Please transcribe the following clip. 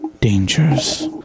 dangers